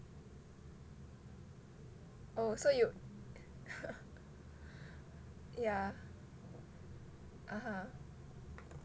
oh so you yeah (uh huh)